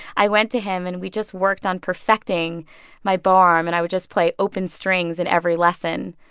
i went to him. and we just worked on perfecting my bow arm. and i would just play open strings in every lesson.